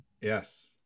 Yes